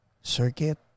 circuit